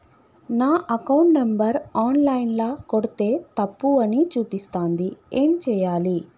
నా account number online ల కొడ్తే తప్పు అని చూపిస్తాంది ఏం చేయాలి?